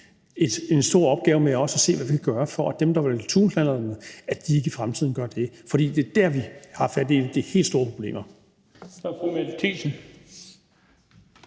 en stor opgave med også at se på, hvad vi kan gøre, for at de, der vil tune knallerten, ikke gør det i fremtiden, for det er der, vi har fat i de helt store problemer.